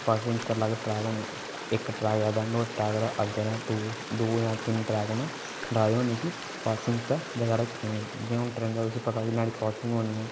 passing च अलग track होने इक ट्रैक दे अग्गै नुहाड़े दौं जां तिन ट्रैक होने ते पासिंग च जगह रक्खी दी होनी जि'यां कि ट्रेन ए ते नुहाड़ा पता के एहदी पासिंग होनी ऐ